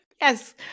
Yes